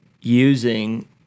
using